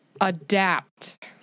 adapt